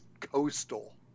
coastal